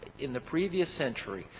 in the previous century,